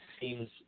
seems